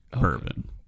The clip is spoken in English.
bourbon